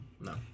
No